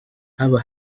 haba